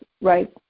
right